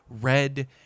red